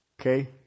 Okay